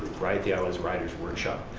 right, the iowa's writers workshop.